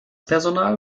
personal